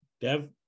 dev